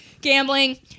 gambling